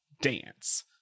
dance